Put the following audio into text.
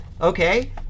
Okay